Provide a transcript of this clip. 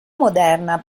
moderna